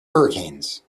hurricanes